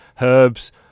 herbs –